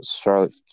Charlotte